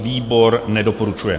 Výbor nedoporučuje.